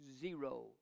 Zero